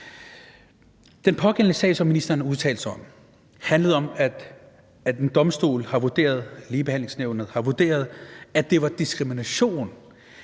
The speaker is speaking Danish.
Den pågældende sag, som ministeren udtalte sig om, handlede om, at en domstol – Ligebehandlingsnævnet – har vurderet, at det var diskrimination,